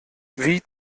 wie